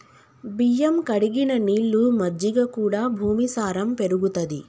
బియ్యం కడిగిన నీళ్లు, మజ్జిగ కూడా భూమి సారం పెరుగుతది